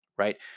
Right